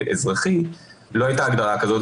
האזרחי לא הייתה הגדרה כזו,